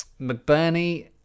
McBurney